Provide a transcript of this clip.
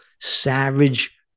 savage